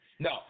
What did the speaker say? No